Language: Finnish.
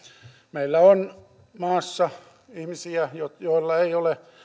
meillä on maassa ihmisiä joilla ei ole